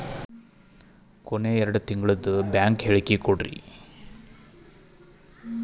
ಕೊನೆ ಎರಡು ತಿಂಗಳದು ಬ್ಯಾಂಕ್ ಹೇಳಕಿ ಕೊಡ್ರಿ